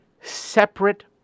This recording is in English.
separate